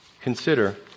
consider